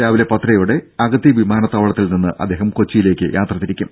രാവിലെ പത്തരയോടെ അഗത്തി വിമാനത്താവളത്തിൽനിന്ന് അദ്ദേഹം കൊച്ചിയിലേക്ക് യാത്ര തിരിക്കും